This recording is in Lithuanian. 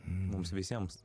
mums visiems